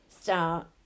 start